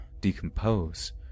decompose